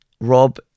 Rob